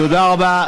תודה רבה.